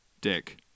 dick